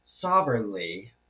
sovereignly